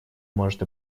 может